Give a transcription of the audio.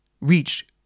reach